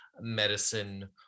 medicine